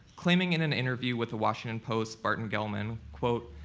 claiming in an interview with the washington post's barton gellman, quote,